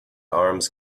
arms